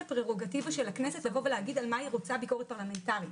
פררוגטיבה של הכנסת להגיד על מה היא רוצה ביקורת פרלמנטרית.